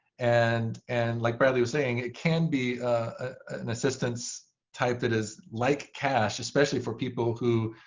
and and like bradley was saying, it can be an assistance type that is like cash, especially for people who